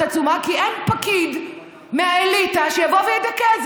עצומה כי אין פקיד מהאליטה שיבוא וידכא.